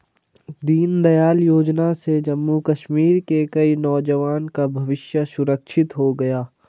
दीनदयाल योजना से जम्मू कश्मीर के कई नौजवान का भविष्य सुरक्षित हो गया